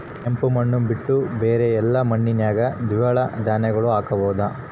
ಕೆಂಪು ಮಣ್ಣು ಬಿಟ್ಟು ಬೇರೆ ಎಲ್ಲಾ ಮಣ್ಣಿನಾಗ ದ್ವಿದಳ ಧಾನ್ಯಗಳನ್ನ ಹಾಕಬಹುದಾ?